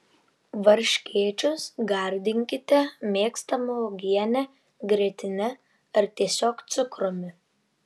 varškėčius gardinkite mėgstama uogiene grietine ar tiesiog cukrumi